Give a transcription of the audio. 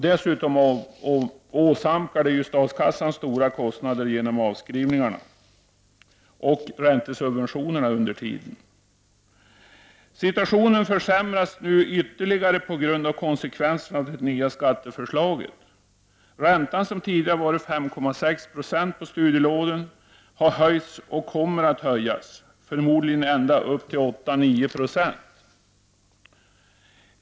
Dessutom åsamkas statskassan stora kostnader genom avskrivningarna och räntesubventionerna under tiden i fråga. Situationen försämras nu ytterligare på grund av det nya skatteförslaget. Räntan, som tidigare var 5,6 26 på studielån, har höjts och kommer att höjas ytterligare — förmodligen ändå upp till 8-9 960.